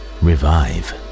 revive